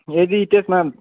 यदि त्यसमा